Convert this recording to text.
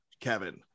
Kevin